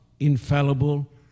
infallible